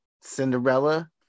Cinderella